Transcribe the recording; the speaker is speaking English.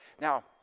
Now